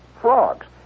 Frogs